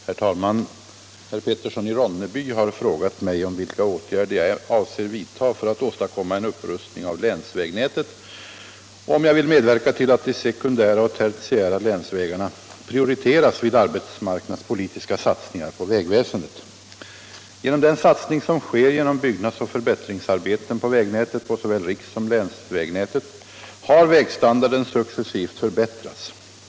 Herr talman! Herr Petersson i Ronneby har frågat mig om vilka åtgärder jag avser vidta för att åstadkomma en upprustning av länsvägnätet och om jag vill medverka till att de sekundära och tertiära länsvägarna prioriteras vid arbetsmarknadspolitiska satsningar på vägväsendet. Genom den satsning som sker genom byggnadsoch förbättringsarbeten på vägnätet, på såväl rikssom länsvägnätet, har vägstandarden successivt förbättrats.